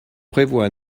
prévoit